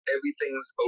Everything's